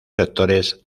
sectores